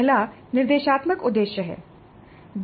पहला निर्देशात्मक उद्देश्य है